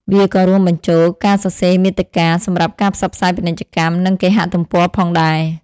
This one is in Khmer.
វាក៏រួមបញ្ចូល ការសរសេរមាតិកា សម្រាប់ការផ្សព្វផ្សាយពាណិជ្ជកម្ម និងគេហទំព័រផងដែរ។